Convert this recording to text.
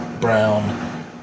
brown